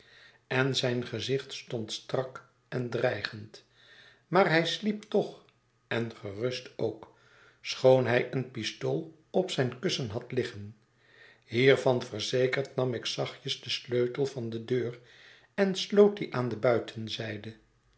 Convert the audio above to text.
en zijn gezicht stond strak en dreigend maar hij sliep toch en gerust ook schoon hij een pistool op zijn kussen had liggen hiervan verzekerd nam ik zachtjes den sleutel van de deur en sloot die aan de buitenzijde